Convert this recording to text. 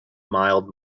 mild